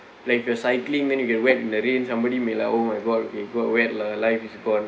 like the cycling then you get wet in the rain somebody may like oh my god okay got wet lah life is gone